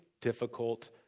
difficult